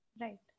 Right